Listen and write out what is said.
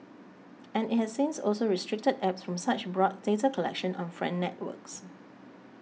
and it has since also restricted apps from such broad data collection on friend networks